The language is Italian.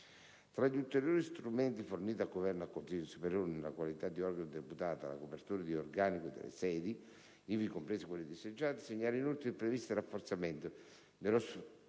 Tra gli ulteriori strumenti forniti dal Governo al Consiglio superiore della magistratura nella qualità di organo deputato alla copertura di organico delle sedi, ivi comprese quelle disagiate, segnalo, inoltre, il previsto rafforzamento dello strumento